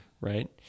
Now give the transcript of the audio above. right